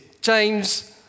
James